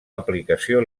aplicació